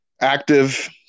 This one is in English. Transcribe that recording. active